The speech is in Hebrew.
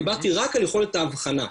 דיברתי רק על יכולת האבחנה.